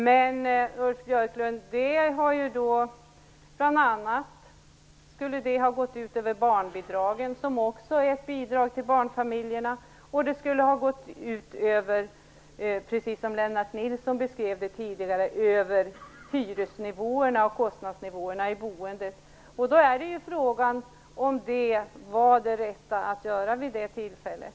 Men, Ulf Björklund, ert förslag skulle bl.a. ha gått ut över barnbidragen, som också är ett bidrag till barnfamiljerna, och över hyresnivåerna och kostnadsnivåerna i boendet, precis som Lennart Nilsson tidigare beskrev. Då är frågan om detta hade varit det rätta att göra vid det tillfället.